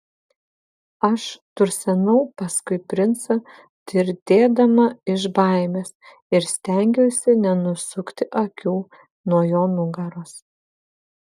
aš tursenau paskui princą tirtėdama iš baimės ir stengiausi nenusukti akių nuo jo nugaros